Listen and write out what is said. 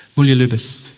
mulya lubis?